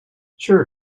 sure